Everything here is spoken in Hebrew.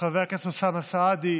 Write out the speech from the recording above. חבר הכנסת אוסאמה סעדי,